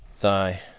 Thy